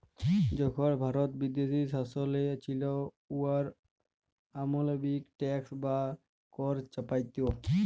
যখল ভারত বিদেশী শাসলে ছিল, উয়ারা অমালবিক ট্যাক্স বা কর চাপাইত